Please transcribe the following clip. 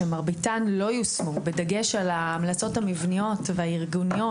שמרביתן לא יושמו בדגש על ההמלצות המבניות והארגוניות,